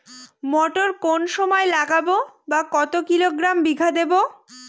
মটর কোন সময় লাগাবো বা কতো কিলোগ্রাম বিঘা দেবো?